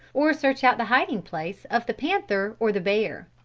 or search out the hiding place of the panther or the bear.